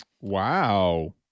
Wow